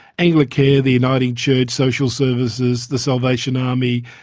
anglicare, the uniting church social services, the salvation army,